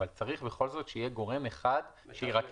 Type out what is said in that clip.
אבל צריך בכל זאת שיהיה גורם אחד שירכז